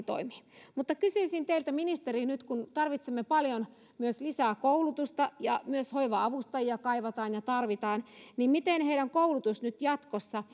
toimii mutta kysyisin teiltä ministeri kun tarvitsemme paljon myös lisää koulutusta ja myös hoiva avustajia kaivataan ja tarvitaan niin miten menee heidän koulutuksensa nyt jatkossa